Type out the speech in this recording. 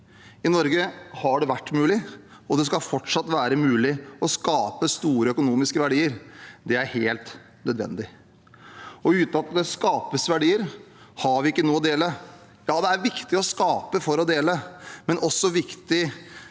I Norge har det vært mulig – og det skal fortsatt være mulig – å skape store økonomiske verdier. Det er helt nødvendig. Uten at det skapes verdier, har vi ikke noe å dele. Ja, det er viktig å skape for å dele, men det er også viktig